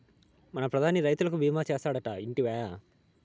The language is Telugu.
మన ప్రధాని రైతులకి భీమా చేస్తాడటా, ఇంటివా